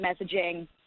messaging